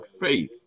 faith